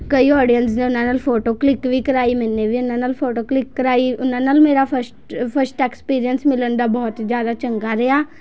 ਕਈ ਓਡੀਐਂਸ ਨੇ ਉਹਨਾਂ ਨਾਲ ਫੋਟੋ ਕਲਿੱਕ ਵੀ ਕਰਵਾਈ ਮੈਨੇ ਵੀ ਓਹਨਾਂ ਨਾਲ ਫੋਟੋ ਕਲਿੱਕ ਕਰਵਾਈ ਓਹਨਾਂ ਨਾਲ ਮੇਰਾ ਫਸ਼ਟ ਫਸ਼ਟ ਐਕਸਪੀਰੀਐਂਸ ਮਿਲਣ ਦਾ ਬਹੁਤ ਜ਼ਿਆਦਾ ਚੰਗਾ ਰਿਹਾ